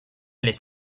les